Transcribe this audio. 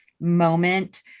moment